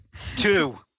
Two